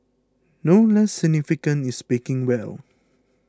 no less significant is speaking well